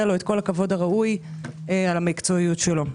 לו כל הכבוד הראוי על המקצועיות שלו.